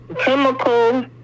chemical